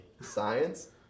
Science